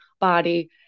body